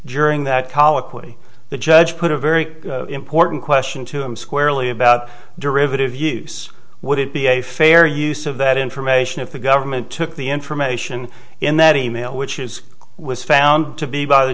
during that colloquy the judge put a very important question to him squarely about derivative use would it be a fair use of that information if the government took the information in that e mail which is was found to be by the